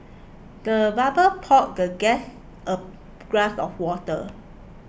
the butler poured the guest a glass of water